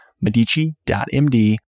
medici.md